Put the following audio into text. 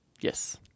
Yes